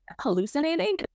hallucinating